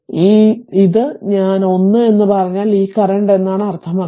ഈ വർഷം ഞാൻ 1 എന്ന് പറഞ്ഞാൽ ഈ കറന്റ് എന്നാണ് അർത്ഥമാക്കുന്നത്